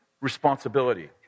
responsibility